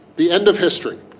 the end of history.